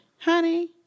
honey